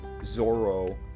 Zorro